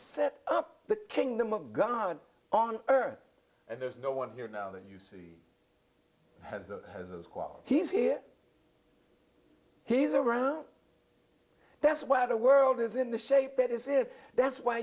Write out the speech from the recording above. set up the kingdom of god on earth and there's no one here now that you see has a quark he's here he's around that's why the world is in the shape it is if that's why